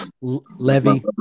Levy